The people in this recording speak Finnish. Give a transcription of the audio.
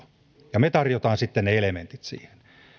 ja me tarjoamme sitten ne elementit siihen